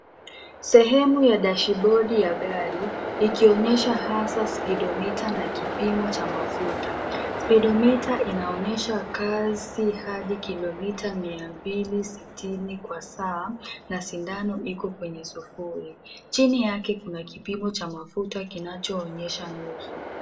Sehemu ya dashi bodi ya gari, ikionyesha hasa spidomita na kipimo cha mafuta. Spidomita inaonyesha kasi hadi kilomita mia mbili sitini kwa saa, na sindano iko kwenye sufuri. Chini yake kuna kipimo cha mafuta kinachoonyesha nusu.